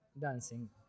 dancing